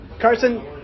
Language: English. Carson